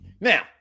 Now